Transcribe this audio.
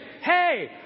hey